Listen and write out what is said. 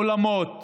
אולמות,